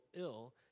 ill